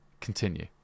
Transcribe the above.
continue